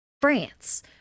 France